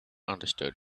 understood